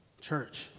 Church